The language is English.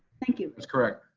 thank you. that's correct.